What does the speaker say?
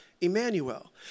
Emmanuel